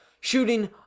shooting